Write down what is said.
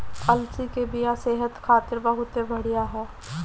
अलसी के बिया सेहत खातिर बहुते बढ़िया ह